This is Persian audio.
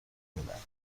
میدهند